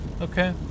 Okay